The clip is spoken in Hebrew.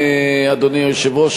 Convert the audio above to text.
אדוני היושב-ראש,